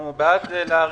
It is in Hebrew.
אנחנו בעד להאריך.